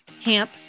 Camp